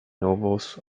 novels